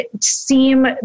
seem